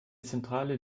zentrale